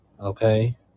Okay